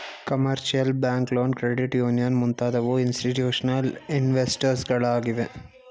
commercial bank loan, credit union ಮುಂತಾದವು institutional investors ಗಳಾಗಿವೆ